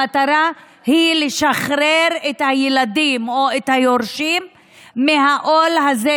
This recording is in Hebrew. המטרה היא לשחרר את הילדים או את היורשים מהעול הזה,